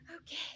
Okay